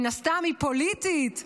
מן הסתם היא פוליטית,